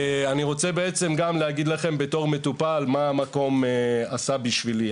אני רוצה בעצם גם להגיד לכם בתור מטופל מה המקום עשה בשבילי,